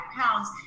pounds